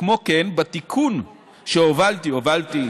כמו כן, בתיקון שהובלתי, "הובלתי"